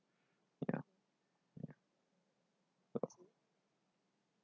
ya